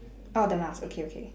oh the mask okay okay